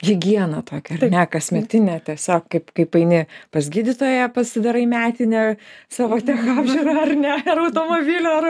higieną tokią ar ne kasmetinę tiesiog kaip kaip eini pas gydytoją pasidarai metinę savo techapžiūrą ar ne ar automobilio ar